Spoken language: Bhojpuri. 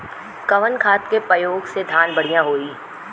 कवन खाद के पयोग से धान बढ़िया होई?